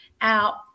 out